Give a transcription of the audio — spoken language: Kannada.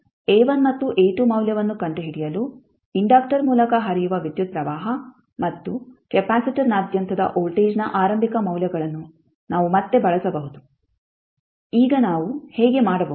A1 ಮತ್ತು A2 ಮೌಲ್ಯವನ್ನು ಕಂಡುಹಿಡಿಯಲು ಇಂಡಕ್ಟರ್ ಮೂಲಕ ಹರಿಯುವ ವಿದ್ಯುತ್ ಪ್ರವಾಹ ಮತ್ತು ಕೆಪಾಸಿಟರ್ನಾದ್ಯಂತದ ವೋಲ್ಟೇಜ್ನ ಆರಂಭಿಕ ಮೌಲ್ಯಗಳನ್ನು ನಾವು ಮತ್ತೆ ಬಳಸಬಹುದು ಈಗ ನಾವು ಹೇಗೆ ಮಾಡಬಹುದು